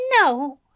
No